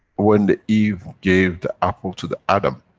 when the eve gave the apple to the adam.